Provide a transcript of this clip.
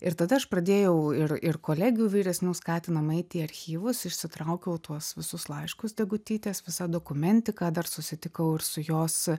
ir tada aš pradėjau ir ir kolegių vyresnių skatinama eiti į archyvus išsitraukiau tuos visus laiškus degutytės visa dokumentiką dar susitikau ir su jos